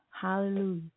Hallelujah